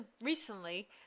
recently